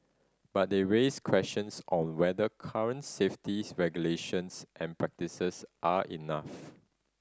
but they raise questions on whether current safety regulations and practices are enough